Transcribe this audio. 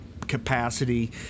capacity